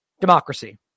Democracy